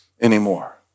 anymore